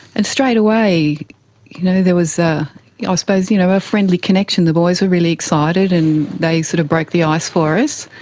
and straightaway you know there was i ah suppose you know a friendly connection, the boys were really excited and they sort of broke the ice for us.